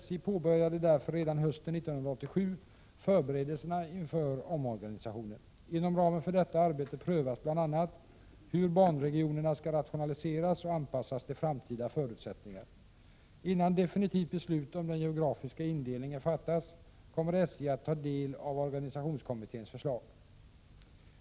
SJ påbörjade därför redan hösten 1987 förberedelserna inför omorganisationen. Inom ramen för detta arbete prövas bl.a. hur banregionerna skall rationaliseras och anpassas till framtida förutsättningar. Innan definitivt beslut om den geografiska indelningen fattas, kommer SJ att ta del av organisationskommitténs förslag.